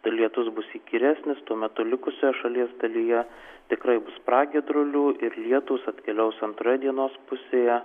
lietus bus įkyresnis tuo metu likusioje šalies dalyje tikrai bus pragiedrulių ir lietūs atkeliaus antroje dienos pusėje